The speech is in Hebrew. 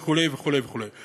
וכו' וכו' וכו'.